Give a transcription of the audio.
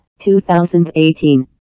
2018